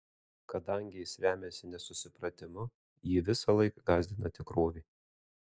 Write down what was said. kadangi jis remiasi nesusipratimu jį visąlaik gąsdina tikrovė